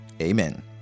amen